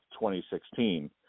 2016